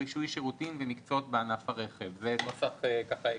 רישוי שירותים ומקצועות בענף הרכב." זה נוסח עקרוני.